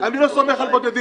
אני לא סומך על בודדים.